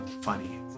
funny